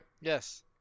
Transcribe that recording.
Yes